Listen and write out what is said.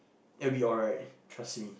it will be alright trust me